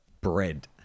Bread